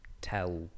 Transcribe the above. tell